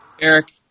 Eric